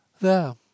There